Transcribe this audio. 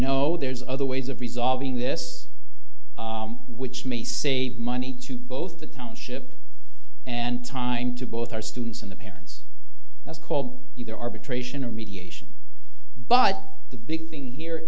know there's other ways of resolving this which may save money to both the township and time to both our students and the parents that's called either arbitration or mediation but the big thing here